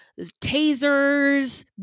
tasers